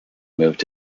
moved